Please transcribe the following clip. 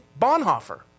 Bonhoeffer